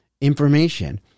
information